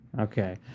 Okay